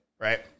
right